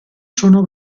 sono